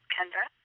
Kendra